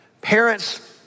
Parents